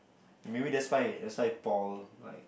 maybe that's why that's why Paul like